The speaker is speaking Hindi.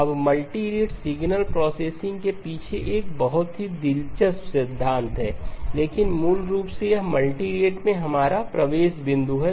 अब मल्टीरेट सिग्नल प्रोसेसिंग के पीछे एक बहुत ही दिलचस्प सिद्धांत है लेकिन मूल रूप से यह मल्टीरेट में हमारा प्रवेश बिंदु है